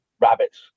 rabbits